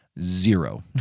Zero